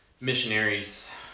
missionaries